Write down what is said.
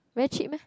very cheap meh